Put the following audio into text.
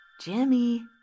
Jimmy